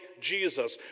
Jesus